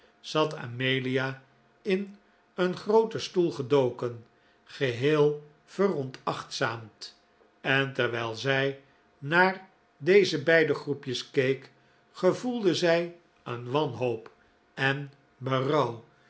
zat amelia in een grooten stoel gedoken geheel veronachtzaamd en terwijl zij naar deze beide groepjes keek gevoelde zij een wanhoop en